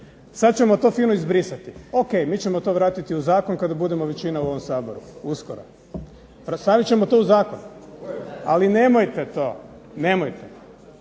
sad ćemo to fino izbrisati. O.k. Mi ćemo to vratiti u zakon kada budemo većina u ovom Saboru uskoro, stavit ćemo to u zakon. Ali nemojte to, nemojte,